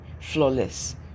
flawless